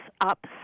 up